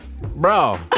Bro